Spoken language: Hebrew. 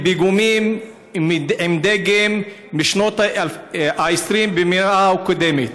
פיגומים מדגם של שנות ה-20 של המאה הקודמת.